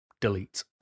delete